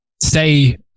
say